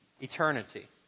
eternity